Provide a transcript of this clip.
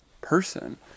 person